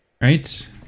right